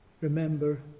remember